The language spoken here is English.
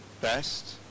best